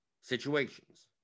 situations